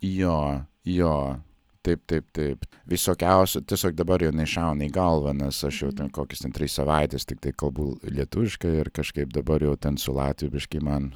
jo jo taip taip taip visokiausių tiesiog dabar jau nešauna į galvą nes aš jau ten kokias ten tris savaites tiktai kalbu lietuviškai ir kažkaip dabar jau ten su latvių biškį man